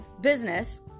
business